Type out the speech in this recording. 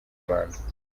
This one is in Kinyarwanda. rwanda